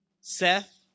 Seth